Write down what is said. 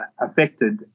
affected